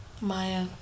Maya